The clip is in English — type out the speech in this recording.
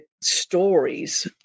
stories